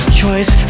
choice